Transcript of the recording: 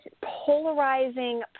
polarizing